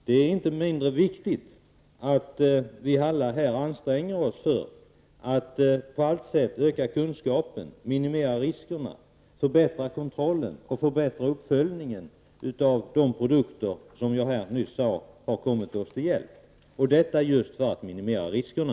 Det är inte mindre viktigt att vi alla här anstränger oss att på allt sätt öka kunskapen, minimerar riskerna, förbättrar kontrollen och förbättrar uppföljningen av de produkter som jag nyss sade har kommit oss till hjälp för att just minimera riskerna.